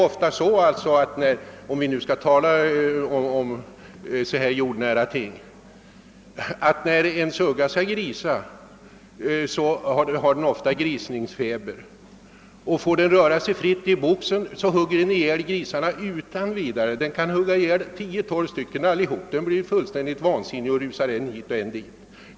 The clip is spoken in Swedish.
Om vi nu skall tala om så här jordnära ting, måste jag omtala att en sugga när hon skall grisa ofta får »grisningsfeber«. Om hon då får röra sig fritt i boxen, hugger hon utan vidare ihjäl sina egna smågrisar. Hon kan då bita ihjäl hela kullen ty hon blir fullständigt vansinnig och rusar än hit än dit.